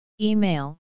Email